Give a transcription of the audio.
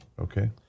Okay